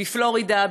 בפלורידה,